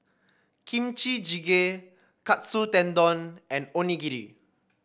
Kimchi Jjigae Katsu Tendon and Onigiri